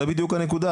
זו בדיוק הנקודה,